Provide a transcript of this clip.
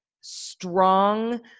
strong